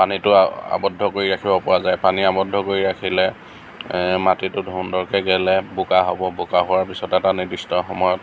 পানীটো আ আবদ্ধ কৰি ৰাখিব পৰা যায় পানী আবদ্ধ কৰি ৰাখিলে মাটিটো সুন্দৰকৈ গেলে বোকা হ'ব বোকা হোৱাৰ পিছত এটা নিৰ্দিষ্ট সময়ত